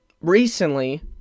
recently